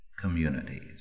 communities